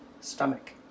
stomach